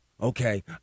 okay